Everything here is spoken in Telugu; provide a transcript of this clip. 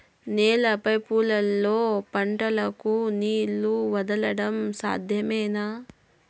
నల్ల పైపుల్లో పంటలకు నీళ్లు వదలడం సాధ్యమేనా?